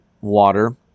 water